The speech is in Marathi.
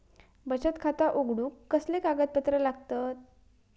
बचत खाता उघडूक कसले कागदपत्र लागतत?